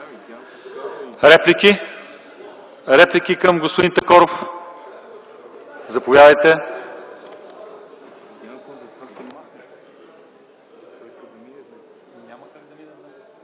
Реплики? Реплики към господин Такоров? Заповядайте...